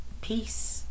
peace